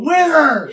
Winner